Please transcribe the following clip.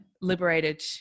liberated